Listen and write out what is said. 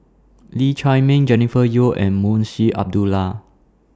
Lee Chiaw Meng Jennifer Yeo and Munshi Abdullah